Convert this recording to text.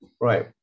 Right